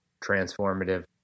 transformative